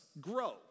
grow